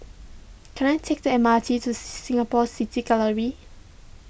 can I take the M R T to Singapore City Gallery